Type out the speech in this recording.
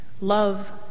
Love